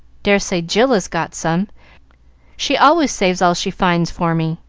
dare say jill has got some she always saves all she finds for me.